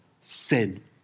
sin